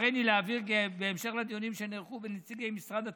כי בהמשך לדיונים שנערכו בין נציגי משרד התמ"ת,